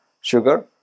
sugar